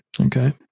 Okay